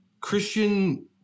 Christian